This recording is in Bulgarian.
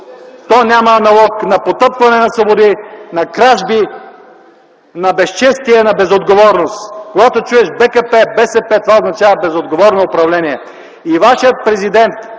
То няма аналог на потъпкване на свободи, на кражби, на безчестия, на безотговорност. Когато чуеш БКП, БСП, това означава безотговорно управление. И вашият президент,